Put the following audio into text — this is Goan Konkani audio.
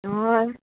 हय